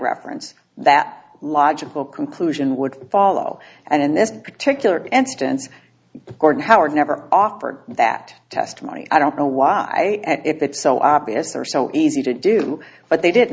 reference that logical conclusion would follow and in this particular instance gordon howard never offered that testimony i don't know why it's so obvious or so easy to do but they didn't